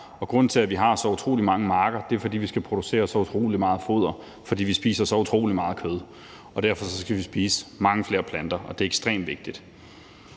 grunden til, at vi har så utrolig mange marker, er, at vi skal producere så utrolig meget foder, fordi vi spiser så utrolig meget kød. Derfor skal vi spise meget mere plantebaseret, og det er ekstremt vigtigt.